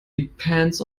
depends